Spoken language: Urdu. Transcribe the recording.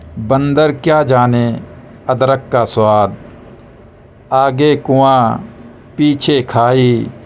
بندر کیا جانے ادرک کا سواد آگے کنواں پیچھے کھائی